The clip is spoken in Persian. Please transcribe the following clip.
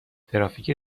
ترافیک